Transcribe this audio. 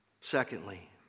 Secondly